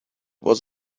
was